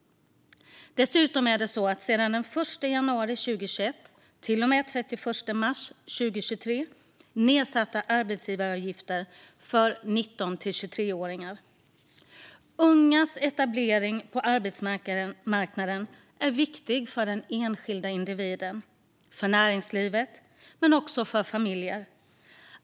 Dessutom är arbetsgivaravgifter för 19-23-åringar nedsatta sedan den 1 januari 2021 till och med den 31 mars 2023. Ungas etablering på arbetsmarknaden är viktig för den enskilda individen och för näringslivet men också för familjer.